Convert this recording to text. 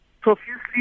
profusely